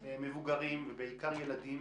מבוגרים ובעיקר ילדים